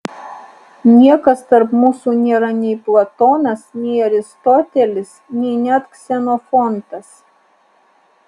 niekas tarp mūsų nėra nei platonas nei aristotelis nei net ksenofontas